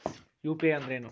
UPI ಅಂದ್ರೇನು?